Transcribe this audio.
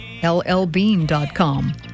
LLbean.com